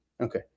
Okay